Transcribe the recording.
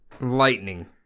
Lightning